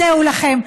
זהו לכם,